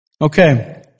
Okay